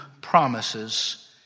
promises